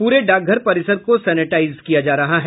पूरे डाकघर परिसर को सेनेटाईज किया जा रहा है